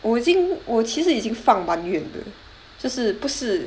我已经我可是已经放蛮远的就是不是